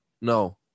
No